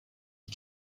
you